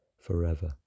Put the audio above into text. forever